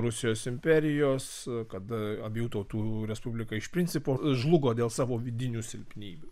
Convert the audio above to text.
rusijos imperijos kad abiejų tautų respublika iš principo žlugo dėl savo vidinių silpnybių